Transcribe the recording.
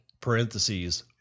parentheses